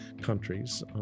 countries